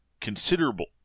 considerable